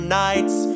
nights